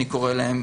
אני קורא להם,